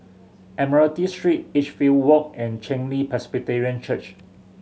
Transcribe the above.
Admiralty Street Edgefield Walk and Chen Li Presbyterian Church